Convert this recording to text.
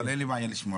אבל אין לי בעיה לשמוע.